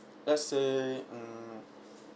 let's say mm